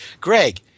Greg